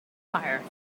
fire